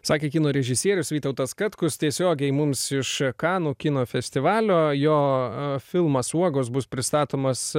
sakė kino režisierius vytautas katkus tiesiogiai mums iš kanų kino festivalio jo filmas uogos bus pristatomas